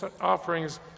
offerings